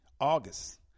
August